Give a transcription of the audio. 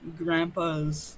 grandpa's